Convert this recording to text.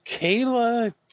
Kayla